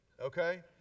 okay